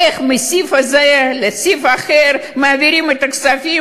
איך מהסעיף הזה לסעיף אחר מעבירים את הכספים,